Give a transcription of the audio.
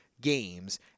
games